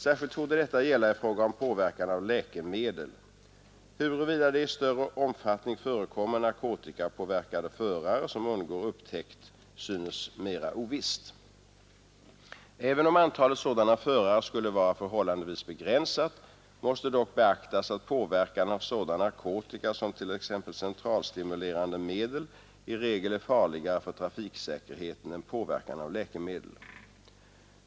Särskilt torde detta gälla i fråga om påverkan av läkemedel. Huruvida det i större omfattning förekommer narkotikapåverkade förare som undgår upptäckt synes mera ovisst. Även om antalet sådana förare skulle vara förhållandevis begränsat, måste dock beaktas att påverkan av sådan narkotika som t.ex. centralstimulerande medel i regel är farligare för trafiksäkerheten än påverkan av läkemedel.